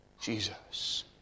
Jesus